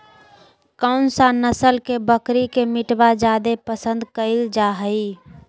कौन सा नस्ल के बकरी के मीटबा जादे पसंद कइल जा हइ?